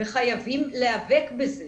וחייבים להיאבק בזה.